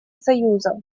союза